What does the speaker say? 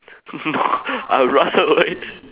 no I run away